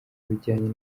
bijyanye